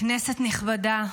כנסת נכבדה,